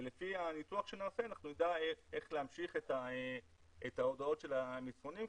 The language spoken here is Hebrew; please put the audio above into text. ולפי הניתוח שנעשה נדע איך להמשיך את ההודעות והמסרונים,